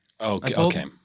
Okay